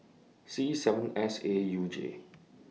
C seven S A U J